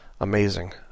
Amazing